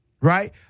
right